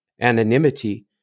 anonymity